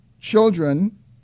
children